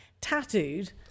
tattooed